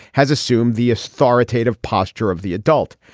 has assumed the authority of posture of the adult.